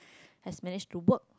has manage to work